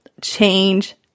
change